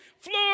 Floor